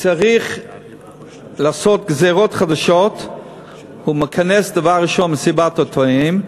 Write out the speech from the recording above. צריך לעשות גזירות חדשות הוא מכנס דבר ראשון מסיבת עיתונאים,